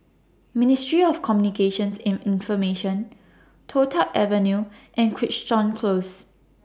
Ministry of Communications and Information Toh Tuck Avenue and Crichton Close